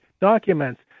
documents